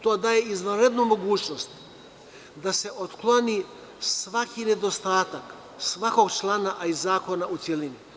To daje izvanredne mogućnosti da se otkloni svaki nedostatak, svakog člana a i zakona u celini.